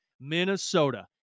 Minnesota